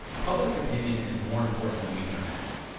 public opinion is more important than we can imagine.